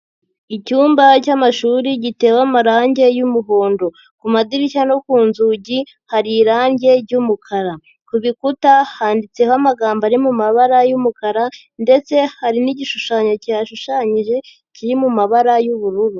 Icyumba cy'amashuri gitewe amarangi y'umuhondo. Ku madirishya no ku nzugi hari irangi ry'umukara. Ku bikuta handitseho amagambo ari mabara y'umukara ndetse hari n'igishushanyo cyihashushanyije kiri mu mabara y'ubururu.